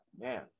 man